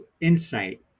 insight